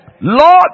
Lord